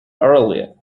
earlier